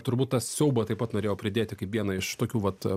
turbūt tą siaubą taip pat norėjau pridėti kaip vieną iš tokių vat